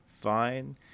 fine